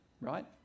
right